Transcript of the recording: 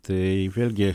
tai vėlgi